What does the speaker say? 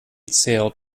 sailed